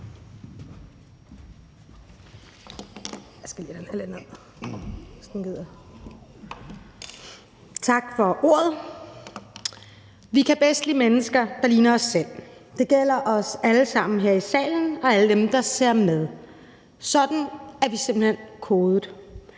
Tak for ordet. Vi kan bedst lide mennesker, der ligner os selv. Det gælder os alle sammen her i salen og alle dem, der ser med. Sådan er vi simpelt hen kodet.